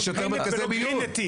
יש יותר מרכזי מיון.